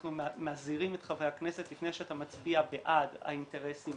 אנחנו מזהירים את חבר הכנסת "לפני שאתה מצביע בעד האינטרסים